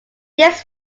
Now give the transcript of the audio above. this